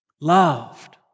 loved